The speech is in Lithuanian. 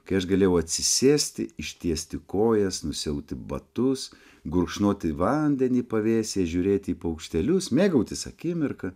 kai aš galėjau atsisėsti ištiesti kojas nusiauti batus gurkšnoti vandenį pavėsyje žiūrėti į paukštelius mėgautis akimirka